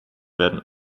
werden